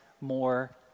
more